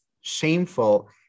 shameful